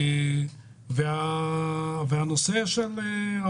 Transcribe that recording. בנוסף לכך,